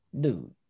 Dude